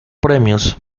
premios